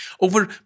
Over